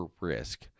risk